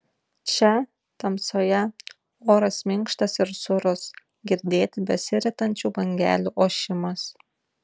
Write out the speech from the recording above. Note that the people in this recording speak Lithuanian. čia tamsoje oras minkštas ir sūrus girdėti besiritančių bangelių ošimas